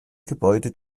gebäude